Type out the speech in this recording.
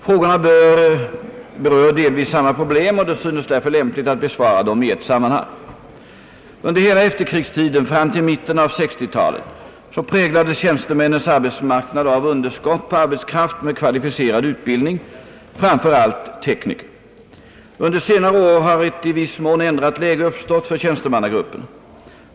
Frågorna berör delvis samma problem och det synes därför lämpligt att besvara dem i ett sammanhang. Under hela efterkrigstiden fram till mitten av 1960-talet präglades tjänstemännens arbetsmarknad av underskott på arbetskraft med kvalificerad utbildning, framför allt tekniker. Under senare år har ett i viss mån ändrat läge uppstått för tjänstemannagrupperna.